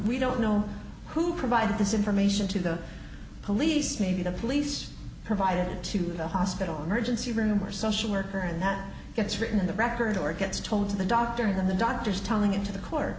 we don't know who provided this information to the police maybe the police provided to the hospital emergency room or social worker and that gets written in the record or gets told to the doctor in the doctor's telling into the co